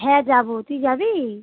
হ্যাঁ যাবো তুই যাবি